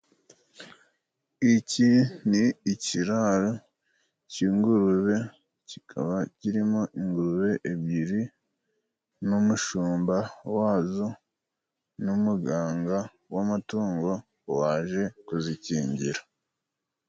Iki ni ikiraro c'ingurube, kikaba kirimo ingurube ebyiri n'umushumba wazo, n'umuganga w'amatungo waje kuzikingira.